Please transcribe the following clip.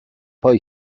poi